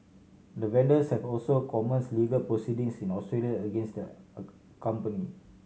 the vendors have also commenced legal proceedings in Australia against the a company